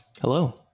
hello